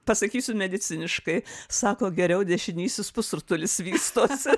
pasakysiu mediciniškai sako geriau dešinysis pusrutulis vystosi